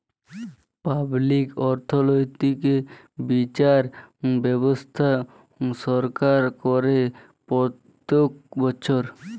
public অর্থনৈতিক্যে বিচার ব্যবস্থা সরকার করে প্রত্যক বচ্ছর